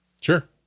sure